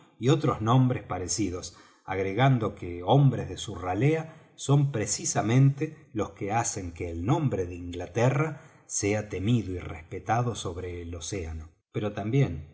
y otros nombres parecidos agregando que hombres de su ralea son precisamente los que hacen que el nombre de inglaterra sea temido y respetado sobre el océano pero también